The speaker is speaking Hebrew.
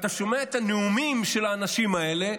ואתה שומע את הנאומים של האנשים האלה,